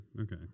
Okay